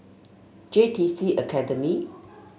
J T C Academy